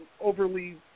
overly